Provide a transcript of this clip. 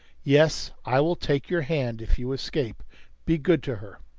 yes, i will take your hand. if you escape be good to her!